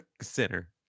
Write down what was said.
Center